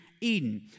Eden